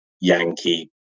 Yankee